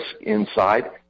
inside